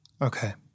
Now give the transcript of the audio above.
Okay